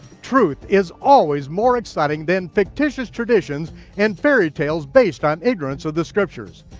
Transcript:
truth is always more exciting than fictitious traditions and fairytales based on ignorance of the scriptures.